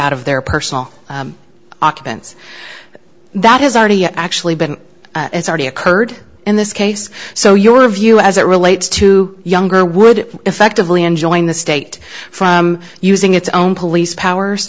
out of their personal occupants that has already actually been it's already occurred in this case so your view as it relates to younger would effectively enjoined the state from using its own police powers